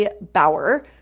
Bauer